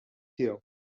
tiegħu